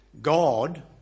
God